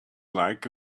like